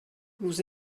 vous